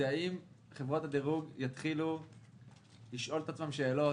היא האם חברות הדירוג יתחילו לשאול את עצמן שאלות